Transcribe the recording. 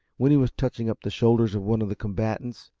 when he was touching up the shoulders of one of the combatants,